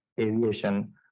aviation